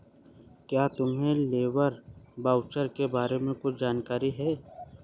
क्या तुम्हें labour voucher के बारे में कुछ जानकारी है?